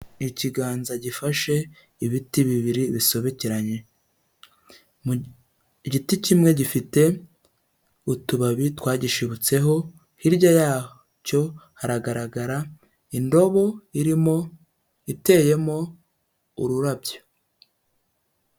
Ikiganza gifashe ibiti bibiri bisobekeranye, mu igiti kimwe gifite utubabi twagishibutseho, hirya yacyo haragaragara indobo irimo iteyemo ururabyo.